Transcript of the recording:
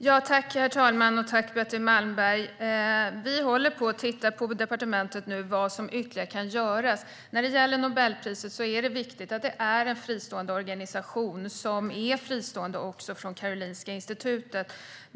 Herr talman! Tack, Betty Malmberg! På departementet håller vi på att titta på vad som kan göras ytterligare. När det gäller Nobelpriset är det viktigt att det handlar om en fristående organisation som är fristående också från Karolinska Institutet.